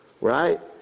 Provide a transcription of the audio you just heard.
right